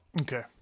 Okay